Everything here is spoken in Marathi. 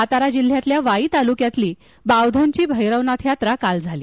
सातारा जिल्ह्यात वाई तालुक्यातली बावधनची भैरवनाथ यात्रा काल झाली